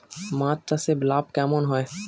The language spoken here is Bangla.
মাছ চাষে লাভ কেমন হয়?